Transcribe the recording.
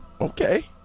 Okay